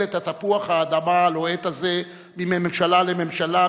את תפוח האדמה הלוהט הזה מממשלה לממשלה,